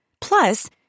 Plus